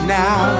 now